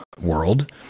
world